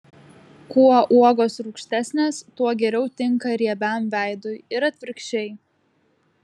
kuo uogos rūgštesnės tuo geriau tinka riebiam veidui ir atvirkščiai